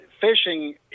fishing